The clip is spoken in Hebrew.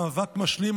מאבק משלים,